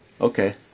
Okay